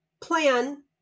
plan